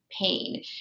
pain